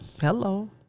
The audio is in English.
Hello